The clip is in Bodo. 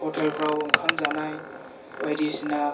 हथेलफ्राव ओंखाम जानाय बायदिसिना